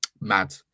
mad